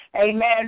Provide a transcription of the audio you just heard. Amen